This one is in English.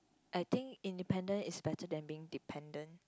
I think independent is better than being dependent